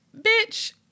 bitch